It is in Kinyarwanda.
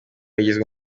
yagizwe